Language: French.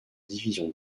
division